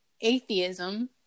atheism